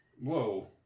Whoa